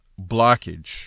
blockage